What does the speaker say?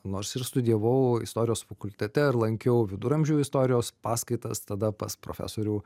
nors ir studijavau istorijos fakultete ir lankiau viduramžių istorijos paskaitas tada pas profesorių